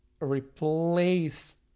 replace